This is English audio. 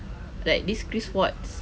like this chris watts